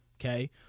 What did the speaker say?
okay